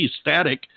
Static